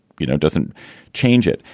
you know, doesn't change it.